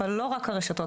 אבל לא רק הרשתות,